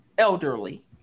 Elderly